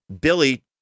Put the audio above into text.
Billy